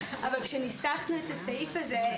כשניסחנו את הסעיף הזה,